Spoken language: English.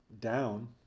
down